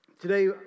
Today